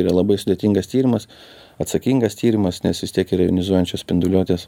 yra labai sudėtingas tyrimas atsakingas tyrimas nes vis tiek yra jonizuojančios spinduliuotės